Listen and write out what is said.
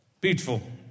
Beautiful